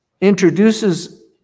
introduces